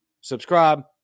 subscribe